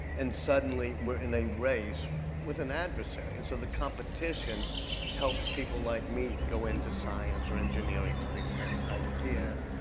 and suddenly we're in a race with an adversary. and so the competition helps people like me go into science or engineering to the extent i did.